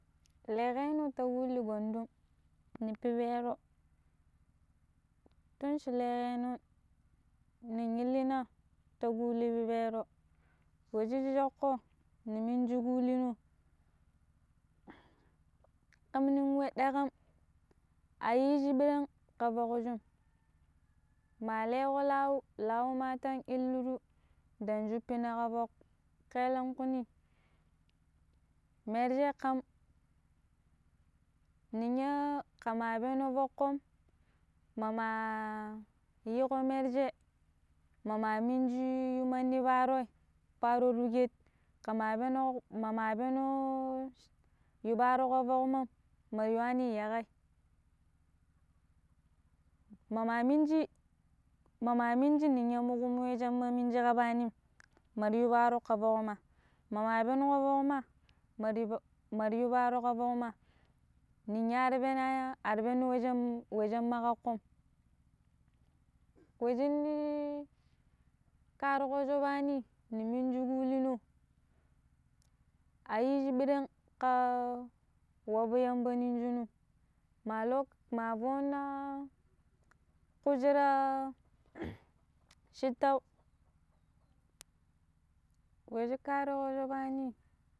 leƙkeno ta kuli Gwandum ni pipero tun shi leƙenon nin illina ti kuli pipero we ci choƙƙo ni minji kulino ƙam nin we ɗakam a yi ji ɓirang ka foƙjum ma leƙo lau, lau ma tan illuru ɗang shuppina ƙa foƙ, ƙelenƙwi ni? merje ƙam ninya kema peno foƙƙom ma'ma iyo ko merge ma ma minji yu manɗi paroi paro tuƙet ka ma peno ma ma peno yu paro ka fok mam mar yuwani yaƙei? ma ma Minji ma ma minji ninya ƙumu wei shimma ta kaɓanin maryu faro ka foƙ ma, ma ma penu ko foƙ ma, maryu ɓo maryu paro ka foƙ ma niny ar peno ar peno we shin we shin ma ƙaƙƙom. We shi ni karuƙo shopani ni minji ƙulino a jiji ɓurang ƙa waɓu yamba nong shinum ma lo ma foona ƙushira cittau, we shi karuƙo shopanii.